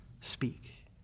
speak